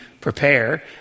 prepare